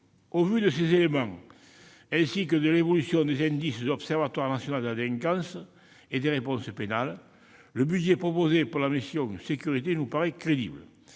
Au regard de ces éléments et de l'évolution des indices de l'Observatoire national de la délinquance et des réponses pénales, le budget proposé pour la mission « Sécurités » nous paraît crédible.